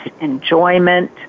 enjoyment